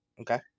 Okay